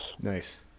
Nice